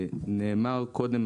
נאמר קודם,